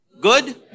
Good